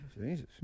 Jesus